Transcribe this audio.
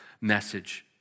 message